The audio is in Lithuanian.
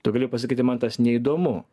tu gali pasakyti man tas neįdomu